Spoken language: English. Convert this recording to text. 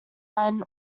iron